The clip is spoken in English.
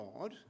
God